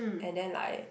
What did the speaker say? and then like